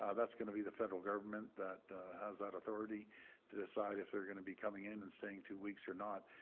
ah going to be the federal government that has that authority to decide if they are going to be coming in and staying two weeks or not.